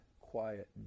quiet